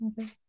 Okay